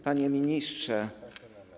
Panie Ministrze!